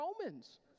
Romans